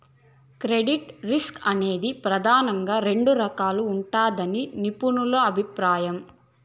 credit risk అనేది ప్రెదానంగా రెండు రకాలుగా ఉంటదని నిపుణుల అభిప్రాయం